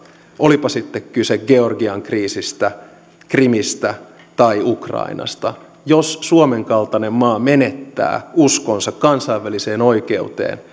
olipa sitten kyse georgian kriisistä krimistä tai ukrainasta jos suomen kaltainen maa menettää uskonsa kansainväliseen oikeuteen